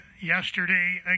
yesterday